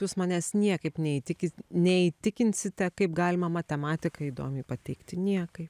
jūs manęs niekaip neįtikin neįtikinsite kaip galima matematiką įdomiai pateikti niekaip